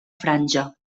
franja